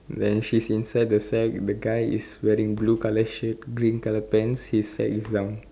then she is inside the sack the guy wearing blue colour shirt green colour pants his sack is down